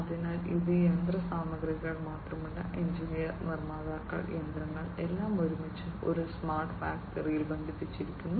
അതിനാൽ ഇത് യന്ത്രസാമഗ്രികൾ മാത്രമല്ല എഞ്ചിനീയർമാർ നിർമ്മാതാക്കൾ യന്ത്രങ്ങൾ എല്ലാം ഒരുമിച്ച് ഒരു സ്മാർട്ട് ഫാക്ടറിയിൽ ബന്ധിപ്പിച്ചിരിക്കുന്നു